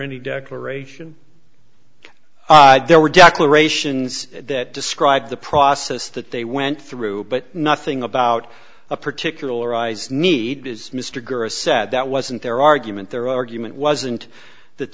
any declaration there were declarations that describe the process that they went through but nothing about a particular i's need is mr gurr a said that wasn't their argument their argument wasn't that